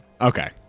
Okay